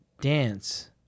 dance